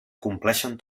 compleixen